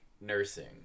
nursing